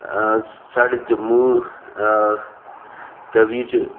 साढ़े जम्मू तवी च